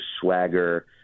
swagger